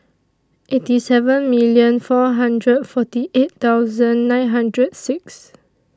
eighty seven million four hundred forty eight thousand nine hundred six